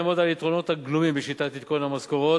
אעמוד על היתרונות הגלומים בשיטת עדכון המשכורת